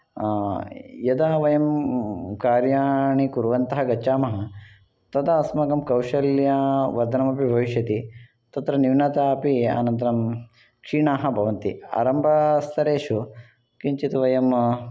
यदा वयं कार्याणि कुर्वन्तः गच्छामः तदा अस्माकं कौशल्यवर्धनमपि भविष्यति तत्र न्यूनता अपि अनन्तरं क्षीणाः भवन्ति आरम्भसरेषु किञ्चिद्वयं